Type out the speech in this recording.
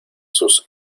sus